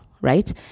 right